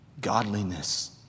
Godliness